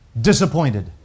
disappointed